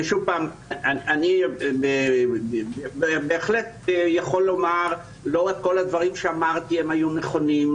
אני בהחלט יכול לומר שלא כל הדברים שאמרתי היו נכונים,